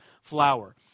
flower